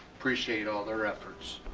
appreciate all their efforts.